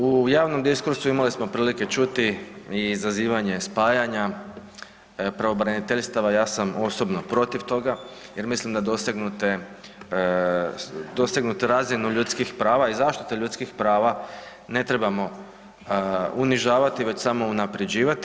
U javnom diskursu imali smo prilike čuti i izazivanje spajanja pravobraniteljstava, ja sam osobno protiv toga jer mislim da dosegnutu razinu ljudskih prava i zaštite ljudskih prava ne trebamo unižavati već samo unapređivati.